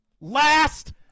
Last